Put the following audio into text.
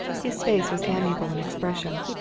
his face was amiable in expression,